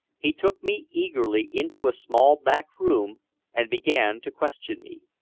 he took me eagerly into a small back room and began to question me.